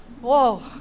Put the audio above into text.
whoa